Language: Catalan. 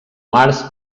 març